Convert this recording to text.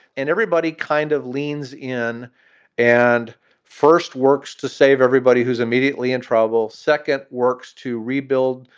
and everybody kind of leans in and first works to save everybody who's immediately in trouble. second works to rebuild,